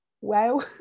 wow